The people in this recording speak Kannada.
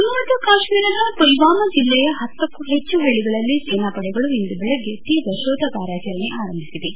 ಜಮ್ಮ ಮತ್ತು ಕಾಶ್ಮೀರ್ದ ಮಲ್ವಾಮಾ ಜಿಲ್ಲೆಯ ಹತ್ತಕ್ಕೂ ಹೆಚ್ಚು ಹಳ್ಳಗಳಲ್ಲಿ ಸೇನಾಪಡೆಗಳು ಇಂದು ಬೆಳಗ್ಗೆ ತೀವ್ರ ಶೋಧ ಕಾರ್ಯಾಚರಣೆ ಆರಂಭಿಸಿವೆ